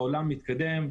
העולם מתקדם.